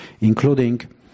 including